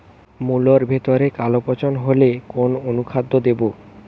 মুলোর ভেতরে কালো পচন হলে কোন অনুখাদ্য দেবো?